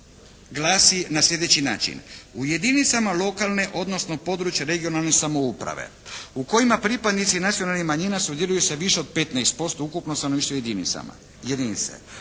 glasi na sljedeći način: U jedinicama lokalne, odnosno područne (regionalne) samouprave u kojima pripadnici nacionalnih manjina sudjeluju sa više od 15% ukupnog stanovništva jedinice. U jedinicama